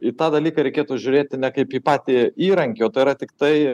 į tą dalyką reikėtų žiūrėti ne kaip į patį įrankį o tai yra tiktai